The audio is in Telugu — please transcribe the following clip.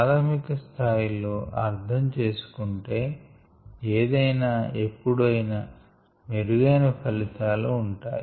ప్రాధమిక స్థాయి లో అర్ధం చేసుకుంటే ఏదైనా ఎప్పుడు మెరుగైన ఫలితాలు ఉంటాయి